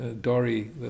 Dory